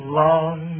long